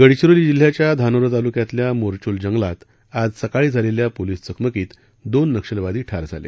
गडचिरोली जिल्ह्याच्या धानोरा तालुक्यातल्या मोरचूल जंगलात आज सकाळी झालेल्या पोलीस चकमकीत दोन नक्षलवादी ठार झाले